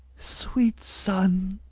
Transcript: sweet son,